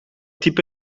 type